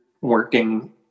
working